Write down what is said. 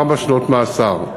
ארבע שנות מאסר.